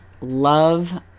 love